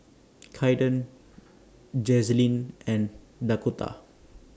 Kaiden Jazlynn and Dakotah